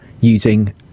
using